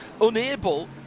unable